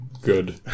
good